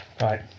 Right